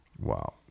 Wow